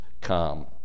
come